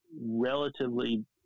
relatively